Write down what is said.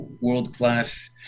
world-class